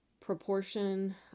Proportion